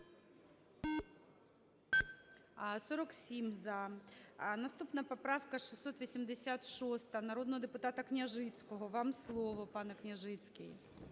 За-47 Наступна поправка - 686-а, народного депутата Княжицького. Вам слово, пане Княжицький.